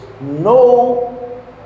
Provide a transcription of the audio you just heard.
No